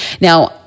Now